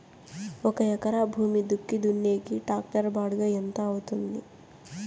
ఒక ఎకరా భూమి దుక్కి దున్నేకి టాక్టర్ బాడుగ ఎంత అవుతుంది?